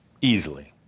Easily